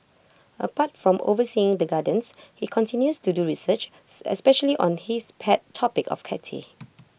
apart from overseeing the gardens he continues to do research especially on his pet topic of cacti